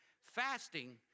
Fasting